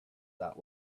that